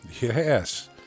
yes